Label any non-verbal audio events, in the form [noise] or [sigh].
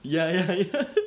yeah yeah [laughs]